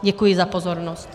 Děkuji za pozornost.